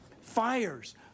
fires